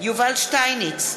יובל שטייניץ,